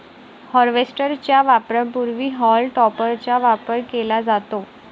harvester च्या वापरापूर्वी haulm टॉपरचा वापर केला जातो